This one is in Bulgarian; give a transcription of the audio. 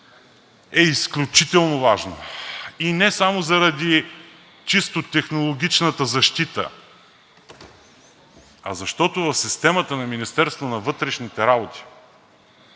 е изключително важно и не само заради чисто технологичната защита, а защото в системата на Министерството на вътрешните работи